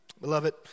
Beloved